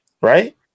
right